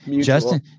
Justin